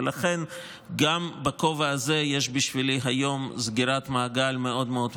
ולכן גם בכובע הזה יש בשבילי היום סגירת מעגל מאוד מאוד מרגשת.